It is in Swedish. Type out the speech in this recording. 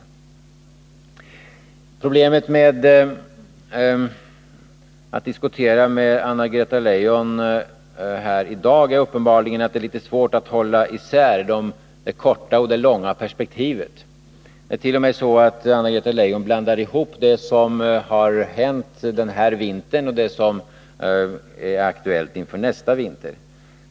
Det är problematiskt att här i dag diskutera med Anna-Greta Leijon av den anledningen att hon uppenbarligen har litet svårt att hålla isär det korta och'det långa perspektivet. Anna-Greta Leijon blandart.o.m. ihop det som har hänt denna vinter och det som är aktuellt inför nästa vinter.